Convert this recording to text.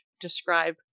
describe